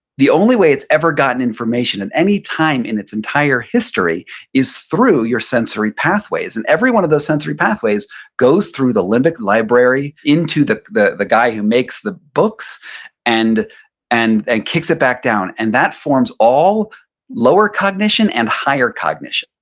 the only way it's ever gotten information at any time in its entire history is through your sensory pathways, and every one of those sensory pathways goes through the limbic library into the the guy who makes the books and and kicks it back down, and that forms all lower cognition and higher cognition.